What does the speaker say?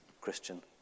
Christian